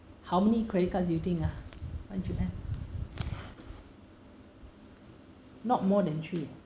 how many credit cards do you think ah one should have not more than three